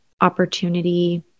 opportunity